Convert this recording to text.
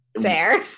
fair